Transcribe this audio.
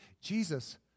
Jesus